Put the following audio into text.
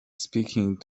speaking